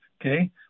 okay